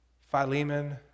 Philemon